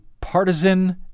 partisan